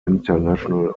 international